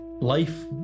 life